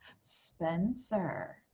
Spencer